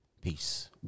Peace